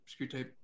Screwtape